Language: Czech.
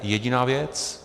Jediná věc.